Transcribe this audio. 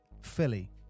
Philly